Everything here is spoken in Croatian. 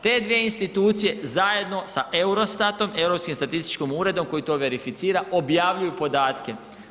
Te dvije institucije zajedno sa EUROSTAT-om, Europskim statističkim uredom koji to verificira objavljuju podatke.